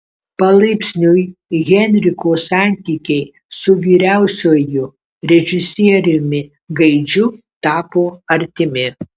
palaipsniui henriko santykiai su vyriausiuoju režisieriumi gaidžiu tapo artimi